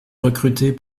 recruté